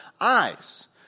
eyes